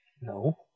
No